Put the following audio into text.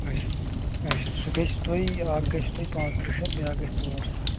اَچھا اَچھا سُہ گژھِ تۄہہِ اَکھ گژھِ تۄہہِ پانٛژٕتٕرٛہ شَتھ بیٛاکھ گژھِ ژور ساس